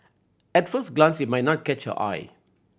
at first glance it might not catch your eye